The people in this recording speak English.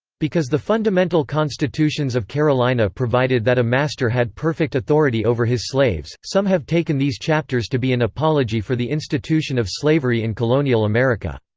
because the fundamental constitutions of carolina provided that a master had perfect authority over his slaves, some have taken these chapters to be an apology for the institution of slavery in colonial america.